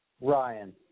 Ryan